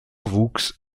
wuchs